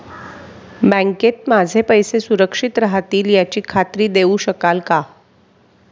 बँकेत माझे पैसे सुरक्षित राहतील याची खात्री देऊ शकाल का?